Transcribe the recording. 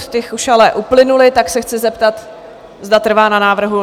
Ty už ale uplynuly, tak se chci zeptat, zda trvá na návrhu.